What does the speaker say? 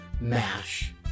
mash